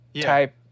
type